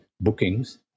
bookings